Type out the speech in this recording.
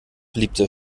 beliebte